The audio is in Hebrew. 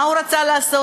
מה הוא רצה לעשות?